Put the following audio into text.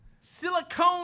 silicone